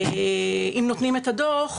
אם נותנים את הדו"ח,